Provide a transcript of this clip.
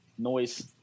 Noise